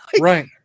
right